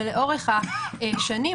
ולאורך השנים,